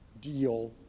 deal